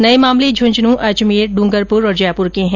नये मामले झुंझुनूं अजमेर ड्रंगरपुर और जयपुर के है